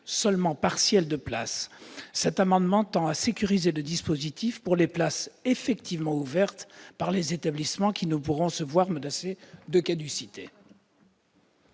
seulement partielle de places. Cet amendement tend à sécuriser le dispositif pour les places effectivement ouvertes par les établissements qui ne pourront se voir menacer de caducité.